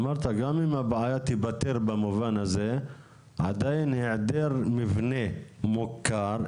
אמרת גם אם הבעיה תיפתר במובן הזה עדיין היעדר מבנה מוכר,